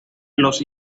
los